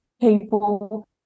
people